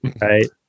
right